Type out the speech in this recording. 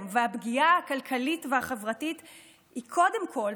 והפגיעה הכלכלית והחברתית היא קודם כול,